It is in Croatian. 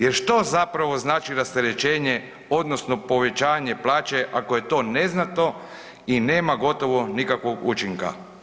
Jer što zapravo znači rasterećenje odnosno povećanje plaće ako je to neznatno i nema gotovo nikakvog učinka.